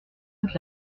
toute